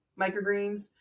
microgreens